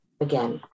Again